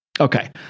Okay